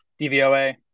DVOA